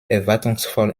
erwartungsvoll